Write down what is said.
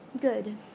Good